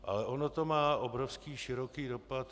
Ale ono to má obrovský široký dopad.